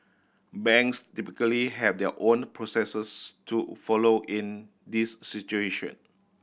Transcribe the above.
banks typically have their own processes to follow in these situation